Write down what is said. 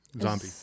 Zombie